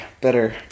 better